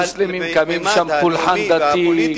שהמוסלמים מקיימים שם פולחן דתי,